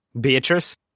Beatrice